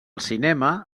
cinema